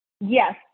Yes